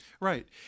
Right